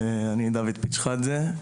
שמי דוד פיצחאדזה,